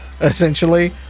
essentially